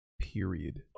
Period